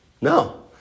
No